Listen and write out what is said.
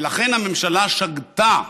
ולכן הממשלה שגתה.